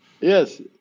yes